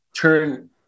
turn